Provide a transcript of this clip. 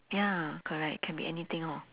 ya correct can be anything hor